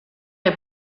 est